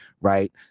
Right